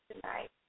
tonight